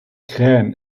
krähen